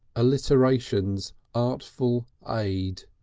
allittritions artful aid.